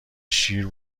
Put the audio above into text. شیر